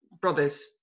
brothers